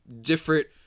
different